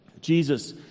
Jesus